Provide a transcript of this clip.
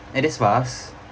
eh that's fast